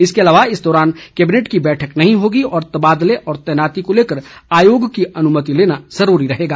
इसके अलावा इस दौरान कैबिनेट की बैठक नहीं होगी और तबादले व तैनाती को लेकर आयोग की अनुमति लेना जरूरी रहेगा